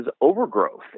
overgrowth